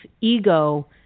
ego